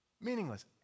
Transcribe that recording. Meaningless